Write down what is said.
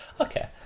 Okay